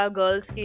girls